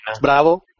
Bravo